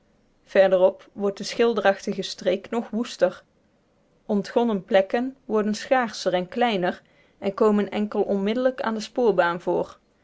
verderop wordt de schilderachtige streek nog woester ontgonnen plekken worden schaarscher en kleiner en komen enkel onmiddellijk aan de spoorbaan voor